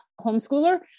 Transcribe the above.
homeschooler